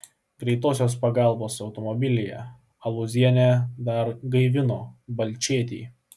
greitosios pagalbos automobilyje alūzienė dar gaivino balčėtį